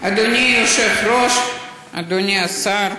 אדוני היושב-ראש, אדוני השר,